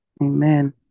Amen